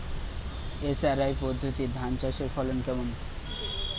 SRI পদ্ধতি ধান চাষের ফলন কেমন?